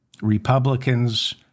Republicans